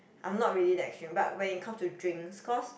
I'm not really that extreme but when it comes to drinks cause